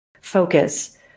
focus